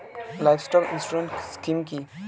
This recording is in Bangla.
লাইভস্টক ইন্সুরেন্স স্কিম কি?